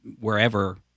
wherever